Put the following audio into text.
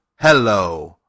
hello